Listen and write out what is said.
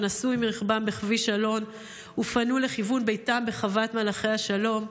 שנסעו עם רכבם בכביש אלון ופנו לכיוון ביתם בחוות מלאכי השלום.